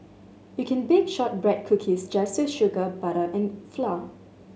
you can bake shortbread cookies just with sugar butter and flour